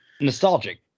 Nostalgic